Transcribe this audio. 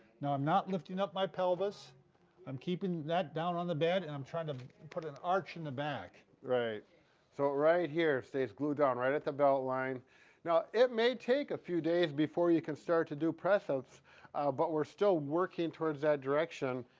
now i'm not lifting up my pelvis i'm keeping that down on the bed and i'm trying to put an arch in the back right so right here stays glued down, right at the belt line now it may take a few days before you can start to do press ups but we're still working towards that direction,